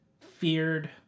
feared